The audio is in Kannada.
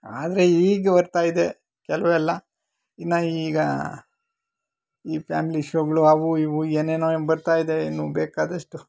ಆದರೆ ಈಗ ಬರ್ತಾ ಇದೆ ಕೆಲವೆಲ್ಲ ಇನ್ನೂ ಈಗ ಈ ಫ್ಯಾಮಿಲಿ ಶೋಗಳು ಅವು ಇವು ಏನೇನೋ ಬರ್ತಾ ಇದೆ ಇನ್ನೂ ಬೇಕಾದಷ್ಟು